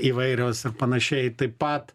įvairios ir panašiai taip pat